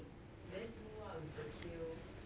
then do what with the kale